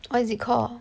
what is it call